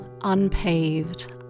unpaved